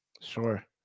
Sure